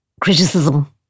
criticism